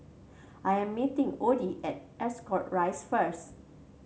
I am meeting Oddie at Ascot Rise first